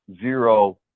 zero